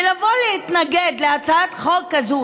ולבוא להתנגד להצעת חוק כזאת,